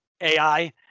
AI